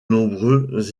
nombreux